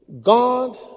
God